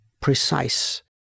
precise